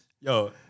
Yo